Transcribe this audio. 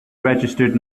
registered